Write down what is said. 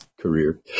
career